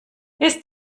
ist